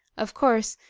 of course,